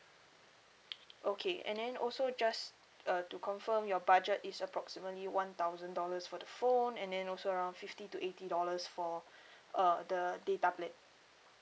okay and then also just uh to confirm your budget is approximately one thousand dollars for the phone and then also around fifty to eighty dollars for uh the data plan